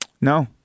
No